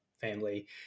family